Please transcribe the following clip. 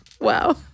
Wow